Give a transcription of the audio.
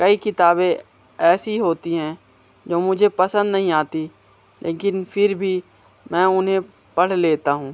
कई किताबें ऐसी होती हैं जो मुझे पसंद नहीं आती लेकिन फ़िर भी मैं उन्हें पढ़ लेता हूँ